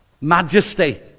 majesty